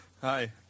Hi